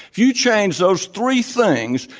if you change those three things,